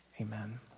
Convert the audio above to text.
Amen